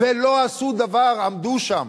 ולא עשו דבר, עמדו שם.